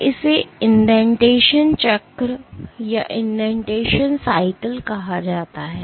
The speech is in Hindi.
तो इसे इंडेंटेशन चक्र कहा जाता है